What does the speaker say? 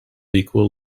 equal